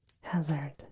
Hazard